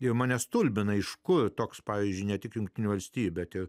ir mane stulbina iš kur toks pavyzdžiui ne tik jungtinių valstijų bet ir